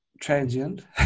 transient